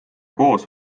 koos